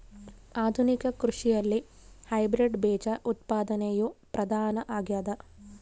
ಆಧುನಿಕ ಕೃಷಿಯಲ್ಲಿ ಹೈಬ್ರಿಡ್ ಬೇಜ ಉತ್ಪಾದನೆಯು ಪ್ರಧಾನ ಆಗ್ಯದ